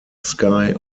sky